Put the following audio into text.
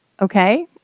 Okay